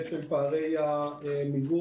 בהיבט של פערי המיגון,